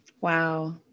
wow